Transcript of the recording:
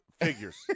Figures